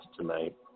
tonight